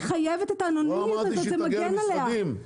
האנונימיות הזאת מגנה עליה.